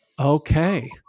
Okay